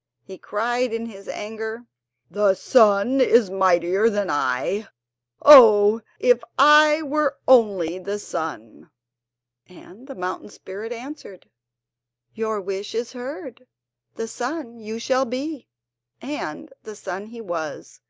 he cried in his anger the sun is mightier than i oh, if i were only the sun and the mountain spirit answered your wish is heard the sun you shall be and the sun he was,